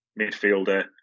midfielder